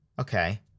okay